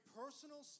personal